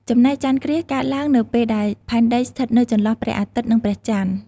ចំណែកចន្ទគ្រាសកើតឡើងនៅពេលដែល ផែនដីស្ថិតនៅចន្លោះព្រះអាទិត្យ និងព្រះចន្ទ ។